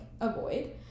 avoid